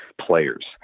players